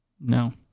No